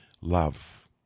love